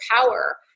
power